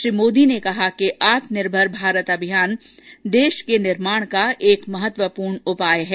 श्री मोदी ने कहा कि आत्मनिर्भर अभियान भारत के निर्माण का एक महत्वपूर्ण उपाय है